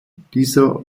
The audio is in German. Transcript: dieser